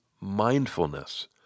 mindfulness